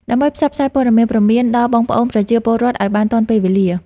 ដើម្បីផ្សព្វផ្សាយព័ត៌មានព្រមានដល់បងប្អូនប្រជាពលរដ្ឋឱ្យបានទាន់ពេលវេលា។